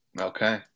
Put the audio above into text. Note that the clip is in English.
okay